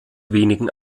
wenigen